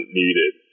needed